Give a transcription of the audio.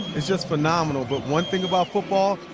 it's just phenomenal. but one thing about football,